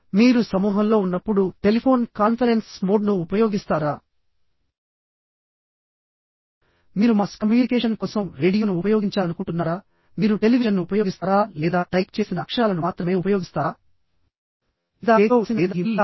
మీరు సమూహంలో ఉన్నప్పుడు టెలిఫోన్ కాన్ఫరెన్స్ మోడ్ను ఉపయోగిస్తారా మీరు మాస్ కమ్యూనికేషన్ కోసం రేడియోను ఉపయోగించాలనుకుంటున్నారా మీరు టెలివిజన్ను ఉపయోగిస్తారా లేదా టైప్ చేసిన అక్షరాలను మాత్రమే ఉపయోగిస్తారా లేదా చేతితో వ్రాసిన లేదా ఇమెయిల్ లేదా ఎస్ఎంఎస్